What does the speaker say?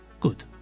Good